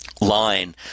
line